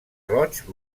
roig